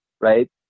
right